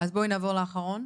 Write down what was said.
בואי נעבור לאחרון.